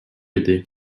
aidé